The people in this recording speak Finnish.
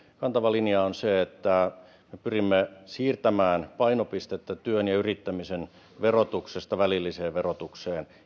kantava linjamme on se että me pyrimme siirtämään painopistettä työn ja yrittämisen verotuksesta välilliseen verotukseen